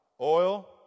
Oil